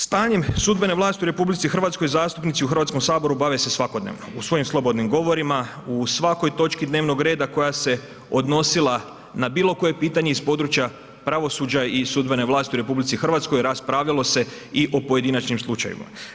Stanjem sudbene vlasti u RH zastupnici u Hrvatskom saboru bave se svakodnevno u svojim slobodnim govorima u svakoj točki dnevnog reda koja se odnosila na bilo koje pitanje iz područja pravosuđa i sudbene vlasti u RH raspravljalo se i o pojedinačnim slučajevima.